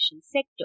sector